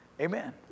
Amen